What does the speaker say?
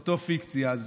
אותה פיקציה.